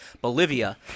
Bolivia